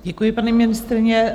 Děkuji, paní ministryně.